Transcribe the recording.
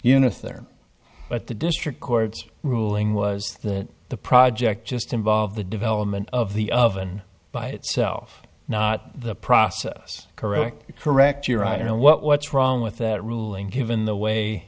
units there but the district court's ruling was that the project just involved the development of the oven by itself not the process correct correct year i don't know what's wrong with that ruling given the way